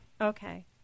okay